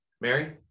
Mary